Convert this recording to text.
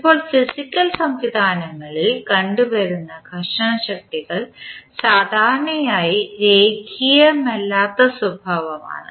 ഇപ്പോൾ ഫിസിക്കൽ സംവിധാനങ്ങളിൽ കണ്ടുവരുന്ന ഘർഷണ ശക്തികൾ സാധാരണയായി രേഖീയമല്ലാത്ത സ്വഭാവമാണ്